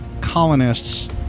colonists